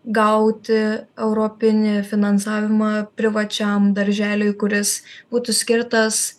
gauti europinį finansavimą privačiam darželiui kuris būtų skirtas